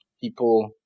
people